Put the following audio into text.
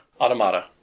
Automata